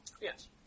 Yes